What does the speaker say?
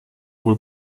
wohl